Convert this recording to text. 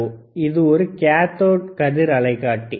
ஓ இது ஒரு கத்தோட் கதிர் அலைக்காட்டி